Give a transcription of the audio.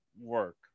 Work